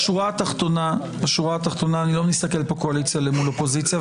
בשורה התחתונה אני לא מסתכל קואליציה אופוזיציה,